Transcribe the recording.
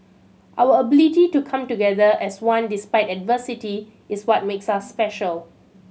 our ability to come together as one despite adversity is what makes us special